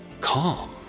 calm